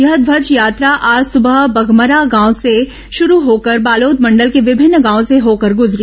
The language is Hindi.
यह ध्वज यात्रा आज सुबह बघमरा गांव से शुरू होकर बालोद मंडल के विभिन्न गांवों से होकर गुजरी